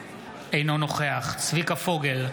אינו נוכח צביקה פוגל,